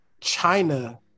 China